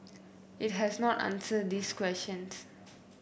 it has not answered these questions